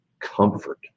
comfort